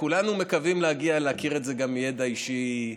כולנו מקווים להגיע ולהכיר את זה גם מידע אישי.